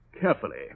carefully